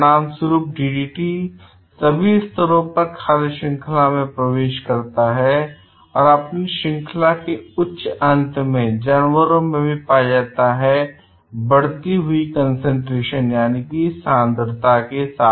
परिणाम स्वरूप डीडीटी सभी स्तरों पर खाद्य श्रृंखला में प्रवेश करता है और अपनी श्रृंखला के उच्च अंत में जानवरों में भी पाया जाता है बढ़ती हुई सांद्रता के साथ